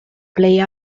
play